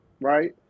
right